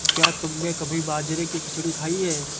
क्या तुमने कभी बाजरे की खिचड़ी खाई है?